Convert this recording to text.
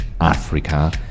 africa